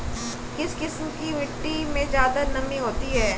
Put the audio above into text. किस किस्म की मिटटी में ज़्यादा नमी होती है?